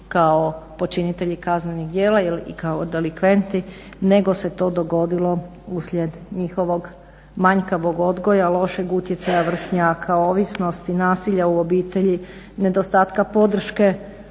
kao počinitelji kaznenih djela i kao delikventi nego se to dogodilo uslijed njihovog manjkavog odgoja, lošeg utjecaja vršnjaka o ovisnosti, nasilja u obitelji, nedostatka podrške